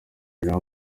jean